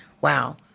wow